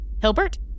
Hilbert